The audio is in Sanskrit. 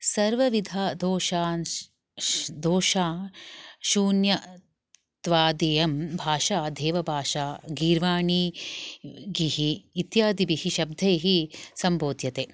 सर्वविधदोषन् श दोषां शून्यत्वादियं भाषा देवभाषा गीर्वाणी गिः इत्यादिभिः शब्दैः सम्बोध्यते